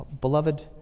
Beloved